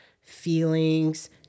feelings